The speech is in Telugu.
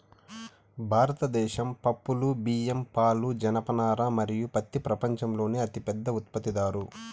భారతదేశం పప్పులు, బియ్యం, పాలు, జనపనార మరియు పత్తి ప్రపంచంలోనే అతిపెద్ద ఉత్పత్తిదారు